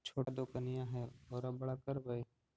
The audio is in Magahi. छोटा दोकनिया है ओरा बड़ा करवै?